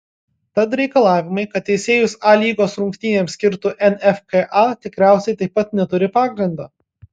tad reikalavimai kad teisėjus a lygos rungtynėms skirtų nfka tikriausiai taip pat neturi pagrindo